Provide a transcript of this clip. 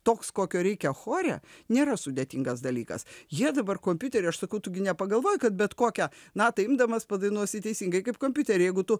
toks kokio reikia chore nėra sudėtingas dalykas jie dabar kompiuteriu aš sakau tu gi nepagalvoji kad bet kokią natą imdamas padainuosi teisingai kaip kompiuterį jeigu tu